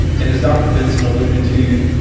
and as dr. benson alluded to,